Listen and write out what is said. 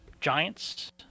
Giants